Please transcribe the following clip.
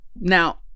Now